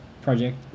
project